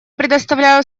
предоставляю